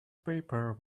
paper